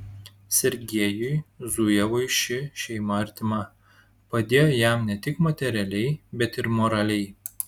sergiejui zujevui ši šeima artima padėjo jam ne tik materialiai bet ir moraliai